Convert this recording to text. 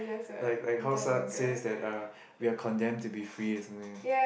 like like how Saat says that uh we are condemned to be free or something